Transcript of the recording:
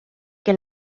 que